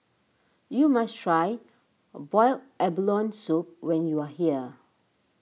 you must try Boiled Abalone Soup when you are here